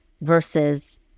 versus